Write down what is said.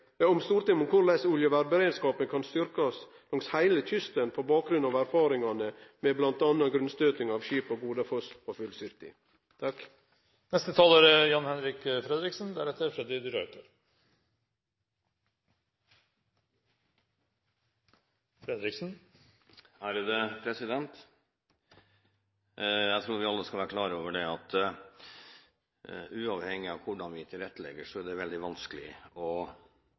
om hvordan oljevernberedskapen kan styrkes langs hele kysten på bakgrunn av erfaringene fra grunnstøtingene av skipene «Godafoss» og «Full City».» Jeg tror vi alle skal være klar over at uavhengig av hvordan vi tilrettelegger, er det veldig vanskelig å